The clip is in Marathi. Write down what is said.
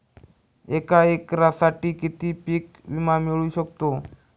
एका एकरसाठी किती पीक विमा मिळू शकतो?